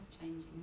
changing